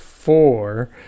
four